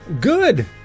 Good